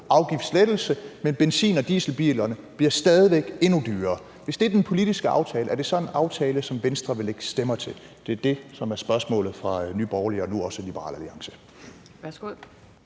afgiftslettelse, men benzin- og dieselbilerne bliver endnu dyrere – er det så en aftale, som Venstre vil lægge stemmer til? Det er det, der er spørgsmålet fra Nye Borgerlige og nu også fra Liberal Alliance.